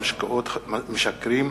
משפט המפתח